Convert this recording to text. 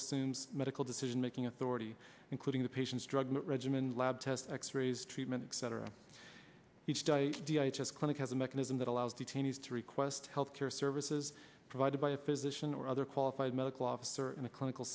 assumes medical decision making authority including the patient's drug regimen lab tests x rays treatment etc each day as clinic has a mechanism that allows detainees to request healthcare services provided by a physician or other qualified medical officer in a clinical